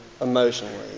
emotionally